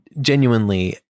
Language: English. Genuinely